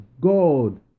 God